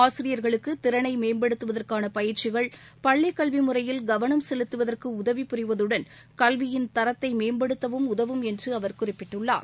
ஆசிரியர்களுக்கு திறனை மேம்படுத்துவதற்கான பயிற்சிகள் பள்ளிக் கல்வி முறையில் கவனம் செலுத்துவதற்கு உதவு புரிவதுடன் கல்வியின் தரத்தை மேம்படுத்தவும் உதவும் என்று அவர் குறிப்பிட்டுள்ளார்